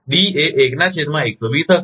તેથી D A 1 નાં છેદમાં 120 હશે